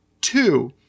Two